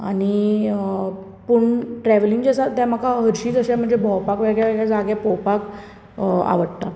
आनी पूण ट्रॅवलिंग जें आसा तें म्हाका हरशींच अशें म्हणजे भोंवपाक नवे नवे जागे पळोवपाक आवडटा